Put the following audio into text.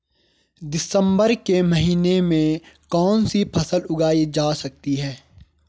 दिसम्बर के महीने में कौन सी फसल उगाई जा सकती है?